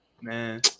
man